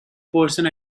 person